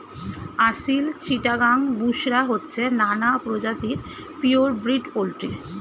আসিল, চিটাগাং, বুশরা হচ্ছে নানা প্রজাতির পিওর ব্রিড পোল্ট্রি